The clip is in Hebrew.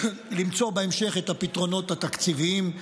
למצוא בהמשך את הפתרונות התקציביים,